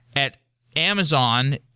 at amazon,